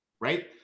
right